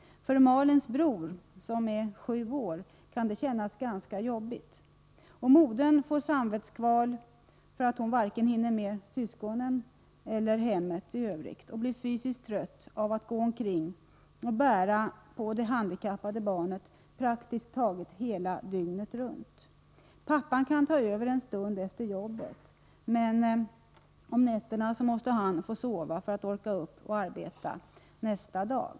För Malins bror, som är 7 år, kan det kännas ganska jobbigt. Modern får samvetskval för att hon varken hinner med syskonen eller hemmet och blir fysiskt trött av att gå omkring och bära på det handikappade barnet praktiskt taget dygnet runt. Pappan kan ta över en stund efter jobbet, men på nätterna måste han få sova för att orka upp och arbeta nästa dag.